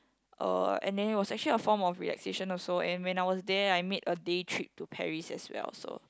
uh and then it was actually a form of relaxation also and when I was there I made a day trip to Paris as well so